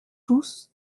tous